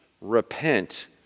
repent